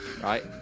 right